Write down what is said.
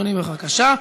אדוני, בבקשה.